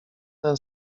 ten